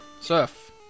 Surf